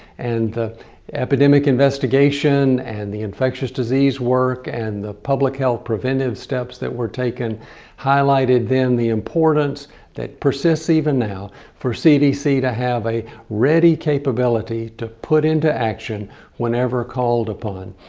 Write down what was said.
and the epidemic investigation and the infectious disease work and the public health preventive steps that were taken highlighted then the importance that persists even now for cdc to have a ready capability to put into action whenever called upon.